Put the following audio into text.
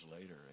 later